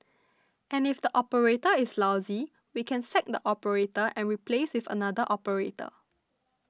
and if the operator is lousy we can sack the operator and replace with another operator